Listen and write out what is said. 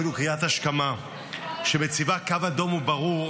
אפילו קריאת השכמה שמציבה קו אדום וברור.